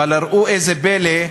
אבל ראו זה פלא,